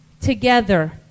together